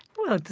well,